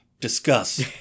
discuss